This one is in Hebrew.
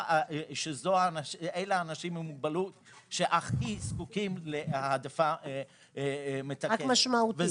אלה האנשים עם מוגבלות שהכי זקוקים להעדפה מתקנת -- רק משמעותית?